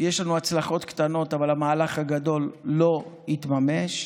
יש לנו הצלחות קטנות, אבל המהלך הגדול לא התממש.